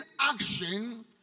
action